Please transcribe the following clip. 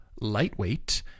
lightweight